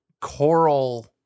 choral